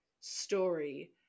story